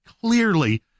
clearly